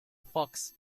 fox